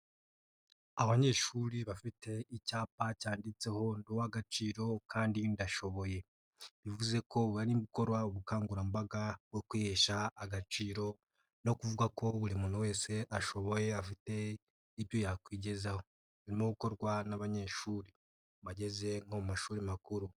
Abanyeshuri bafite icyapa cyanditseho ndi uw'agaciro kandi ndashoboye, bivuze ko bari gukora ubukangurambaga bwo kwihesha agaciro no kuvuga ko buri muntu wese ashoboye afite ibyo yakwigezaho, birimo gukorwa n'abanyeshuri bageze nko mu mashuri makuru.